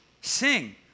Sing